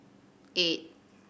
eight